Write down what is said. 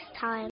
time